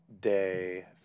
day